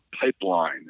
pipeline